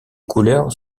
couleurs